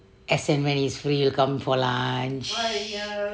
as in when he is free he'll come for lunch